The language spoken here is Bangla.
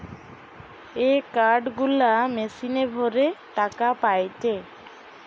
এ কার্ড গুলা মেশিনে ভরে টাকা পায়টে